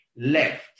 left